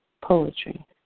poetry